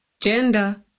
gender